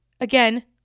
again